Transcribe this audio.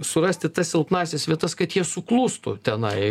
surasti tas silpnąsias vietas kad jie suklustų tenai